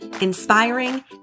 inspiring